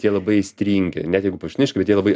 jie labai aistringi net jeigu paviršutiniški bet jie labai